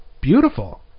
beautiful